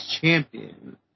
Champion